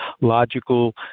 logical